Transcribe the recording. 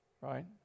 right